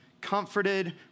comforted